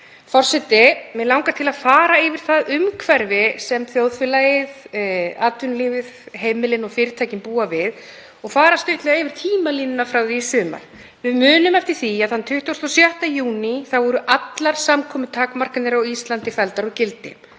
Forseti. Mig langar til að fara yfir það umhverfi sem þjóðfélagið, atvinnulífið, heimilin og fyrirtækin, búa við og fara stuttlega yfir tímalínuna frá því í sumar. Við munum eftir því að þann 26. júní voru allar samkomutakmarkanir á Íslandi felldar úr gildi.